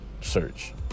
search